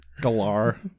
Galar